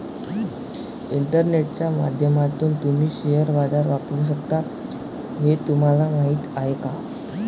इंटरनेटच्या माध्यमातून तुम्ही शेअर बाजार वापरू शकता हे तुम्हाला माहीत आहे का?